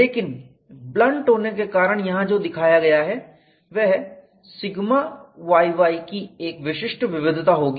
लेकिन ब्लंट होने के कारण यहां जो दिखाया गया है वह σyy की एक विशिष्ट विविधता होगी